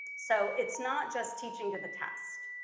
so it's not just teaching to the test,